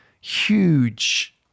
huge